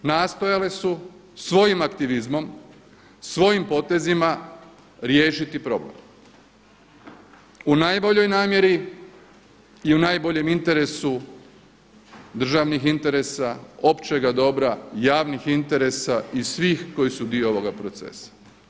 Nastojale su svojim aktivizmom, svojim potezima riješiti problem u najboljoj namjeri i u najboljem interesu državnih interesa, općega dobra, javnih interesa i svih koji su dio ovog procesa.